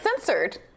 censored